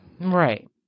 Right